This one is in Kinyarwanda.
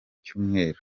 cyumweru